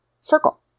circle